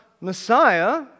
Messiah